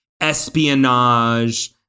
espionage